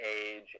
age